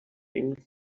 این